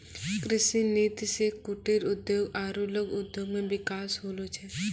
कृषि नीति से कुटिर उद्योग आरु लघु उद्योग मे बिकास होलो छै